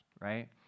right